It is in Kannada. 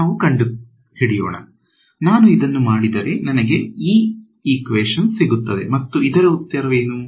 ನಾವು ಕಂಡುಹಿಡಿಯೋಣ ನಾನು ಇದನ್ನು ಮಾಡಿದರೆ ಮತ್ತು ಇದರ ಉತ್ತರವೇನು